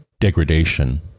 degradation